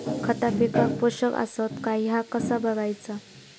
खता पिकाक पोषक आसत काय ह्या कसा बगायचा?